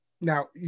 now